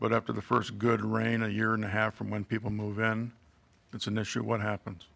but after the first good rain a year and a half from when people move then it's an issue what happens